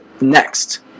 next